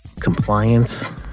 compliance